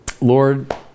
Lord